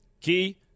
Key